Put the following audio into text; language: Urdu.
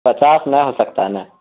پچاس نہیں ہوسکتا ہے نہ